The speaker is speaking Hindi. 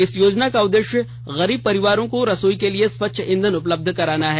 इस योजना का उद्देश्य गरीब परिवारों को रसोई के लिए स्वच्छ ईधन उपलब्ध कराना है